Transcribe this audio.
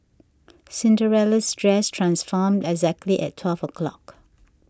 Cinderella's dress transformed exactly at twelve o'clock